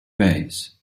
vase